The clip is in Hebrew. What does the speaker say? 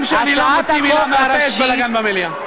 גם כשאני לא מוציא מילה מהפה יש בלגן במליאה.